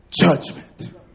Judgment